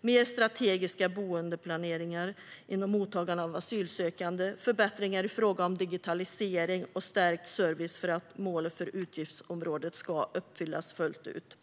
mer strategiska boendeplaneringar inom mottagandet av asylsökande, förbättringar i fråga om digitalisering och stärkt service för att målen för utgiftsområdet ska uppfyllas fullt ut.